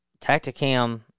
tacticam